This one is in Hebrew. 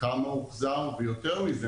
כמה הוחזר ויותר מזה,